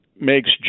makes